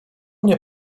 mnie